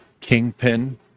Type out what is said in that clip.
kingpin